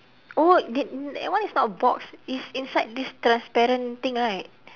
oh that that one is not a box is inside this transparent thing right